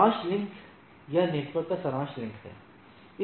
सारांश लिंक यह नेटवर्क का सारांश लिंक है